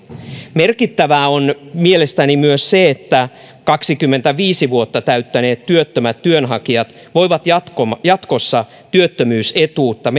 merkittävää on mielestäni myös se että kaksikymmentäviisi vuotta täyttäneet työttömät työnhakijat voivat jatkossa jatkossa työttömyysetuutta